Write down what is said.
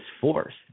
force